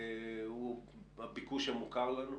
הוא הביקוש המוכר לנו,